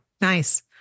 nice